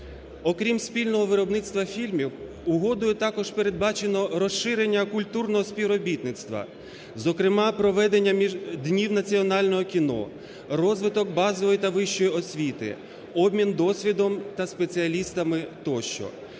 Окрім спільного виробництва фільмів, угодою також передбачено розширення культурного співробітництва, зокрема, проведення днів національного кіно, розвиток базової та вищої освіти, обмін досвідом та спеціалістами тощо.